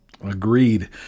Agreed